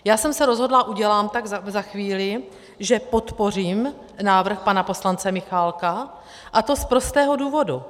Já jsem se rozhodla, udělám tak za chvíli, že podpořím návrh pana poslance Michálka, a to z prostého důvodu.